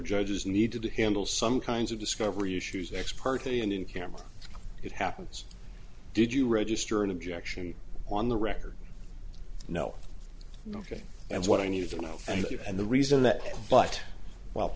judges need to handle some kinds of discovery issues ex party and in camera it happens did you register an objection on the record no ok and what i need to know and you and the reason that but well